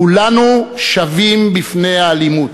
כולנו שווים בפני האלימות.